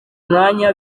mwanya